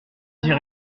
dit